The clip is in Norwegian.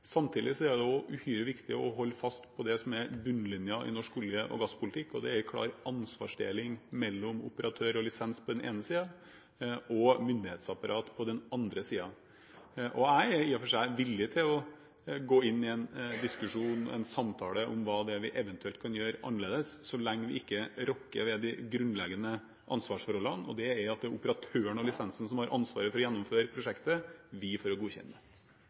Samtidig er det også uhyre viktig å holde fast på det som er bunnlinjen i norsk olje- og gasspolitikk, og det er en klar ansvarsdeling mellom operatør og lisens på den ene siden og myndighetsapparat på den andre siden. Jeg er i og for seg villig til å gå inn i en diskusjon, en samtale, om hva det er vi eventuelt kan gjøre annerledes, så lenge vi ikke rokker ved de grunnleggende ansvarsforholdene, og det er at det er operatøren av lisensen som har ansvaret for å gjennomføre prosjektet, vi for å godkjenne